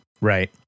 Right